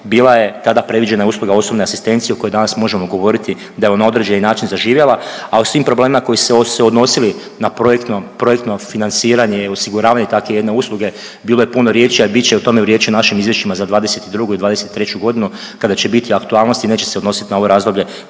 bila je tada predviđena i usluga osobne asistencije o kojoj danas možemo govoriti da je na određeni način zaživjela, a o svim problemima koji se odnosili na projektno financiranje i osiguravanje takve jedne usluge, bilo je puno riječi, a bit će o tome i riječi u našim izvješćima za '22. i '23. g. kada će biti aktualnost i neće se odnosit na ovo razdoblje